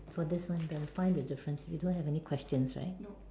for this line you got to find the difference you don't have any questions right